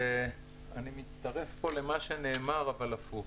אני מצטרף פה למה שנאמר, אבל הפוך.